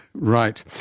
right.